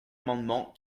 amendements